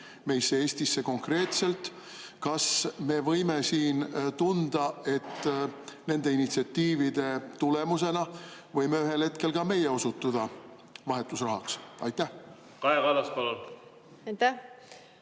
riikidesse, Eestisse konkreetselt? Kas me võime siin tunda, et nende initsiatiivide tulemusena võime ühel hetkel ka meie osutuda vahetusrahaks? Kaja